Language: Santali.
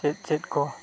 ᱪᱮᱫ ᱪᱮᱫ ᱠᱚ